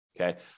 okay